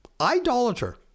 idolater